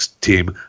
team